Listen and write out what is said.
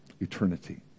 Eternity